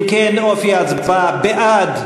אם כן, אופי ההצבעה: בעד,